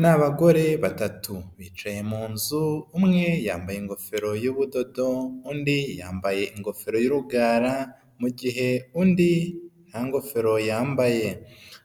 Ni abagore batatu bicaye mu nzu, umwe yambaye ingofero y'ubudodo undi yambaye ingofero y'urugara mu mu gihe undi nta ngofero yambaye.